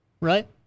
right